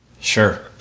Sure